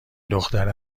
دختر